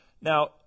Now